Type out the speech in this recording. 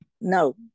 no